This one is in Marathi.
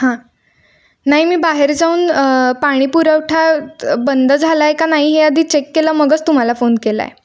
हां नाही मी बाहेर जाऊन पाणी पुरवठा बंद झाला आहे का नाही हे आधी चेक केलं मगच तुम्हाला फोन केला आहे